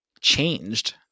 changed